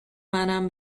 منم